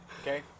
Okay